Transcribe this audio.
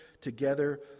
together